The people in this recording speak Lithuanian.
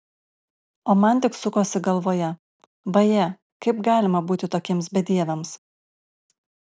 o man tik sukosi galvoje vaje kaip galima būti tokiems bedieviams